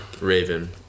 Raven